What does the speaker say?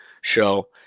show